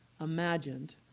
imagined